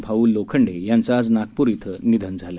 भाऊ लोखंडे यांचं आज नागपूर इथं निधन झालं